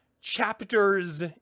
chapters